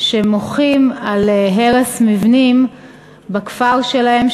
שמוחים על הרס מבנים בכפר שלהם,